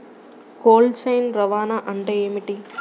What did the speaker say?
Cold chain రవాణా అంటే ఏమిటీ?